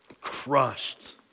crushed